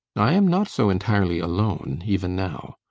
i am not so entirely alone, even now.